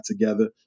together